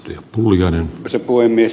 arvoisa puhemies